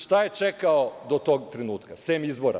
Šta je čekao do tog trenutka, sem izbora?